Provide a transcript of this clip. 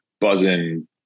buzzing